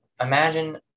imagine